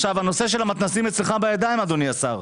הנושא של המתנ"סים אצלך בידיים, אדוני השר.